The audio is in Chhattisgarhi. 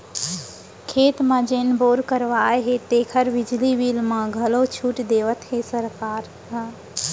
खेत म जेन बोर करवाए हे तेकर बिजली बिल म घलौ छूट देवत हे सरकार ह